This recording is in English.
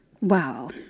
Wow